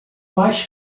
mais